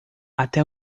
até